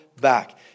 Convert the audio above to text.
back